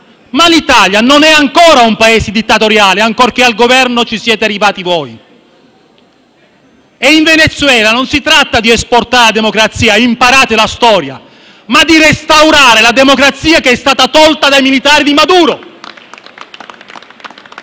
Ma l'Italia non è ancora un Paese dittatoriale, ancorché al Governo ci siate arrivati voi, e in Venezuela non si tratta di esportare la democrazia - imparate la storia - ma di restaurare la democrazia che è stata tolta dai militari di Maduro.